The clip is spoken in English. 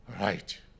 Right